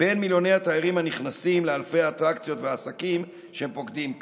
בין מיליוני התיירים הנכנסים לאלפי האטרקציות והעסקים שהם פוקדים כאן.